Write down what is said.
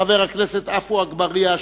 חבר הכנסת עפו אגבאריה,